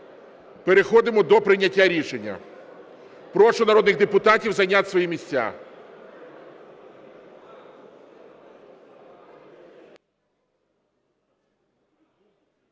переходимо до прийняття рішення. Прошу народних депутатів зайняти свої місця.